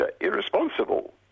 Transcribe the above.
irresponsible